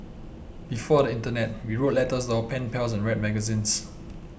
before the internet we wrote letters to our pen pals and read magazines